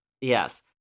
Yes